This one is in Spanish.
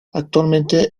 actualmente